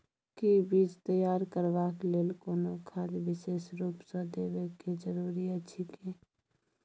कि बीज तैयार करबाक लेल कोनो खाद विशेष रूप स देबै के जरूरी अछि की?